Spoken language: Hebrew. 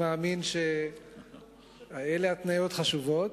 אני מאמין שאלה התניות חשובות,